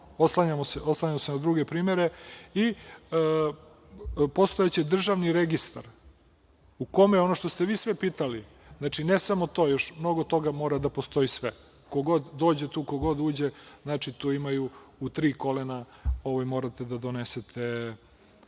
oslanjamo se na druge primere. Postojaće državni registar u kome je ono što ste vi sve pitali. Znači, ne samo to, još mnogo toga mora da postoji sve, ko god dođe tu, ko god uđe, u tri kolena morate da donesete